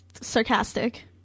sarcastic